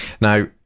Now